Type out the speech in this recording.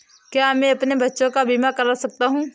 क्या मैं अपने बच्चों का बीमा करा सकता हूँ?